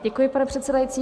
Děkuji, pane předsedající.